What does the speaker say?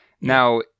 Now